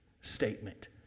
statement